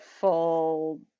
full